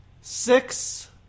six